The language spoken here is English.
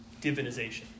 divinization